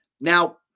Now